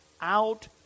out